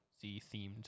Z-themed